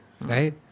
right